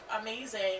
amazing